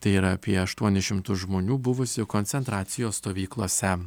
tai yra apie aštuonis šimtus žmonių buvusių koncentracijos stovyklose